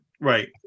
Right